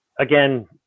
Again